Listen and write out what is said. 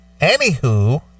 Anywho